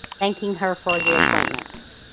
thanking her for the appointment.